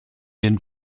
den